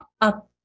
up